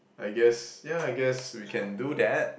I guess yeah I guess we can do that